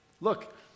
Look